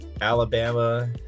Alabama